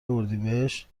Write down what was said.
اردیبهشت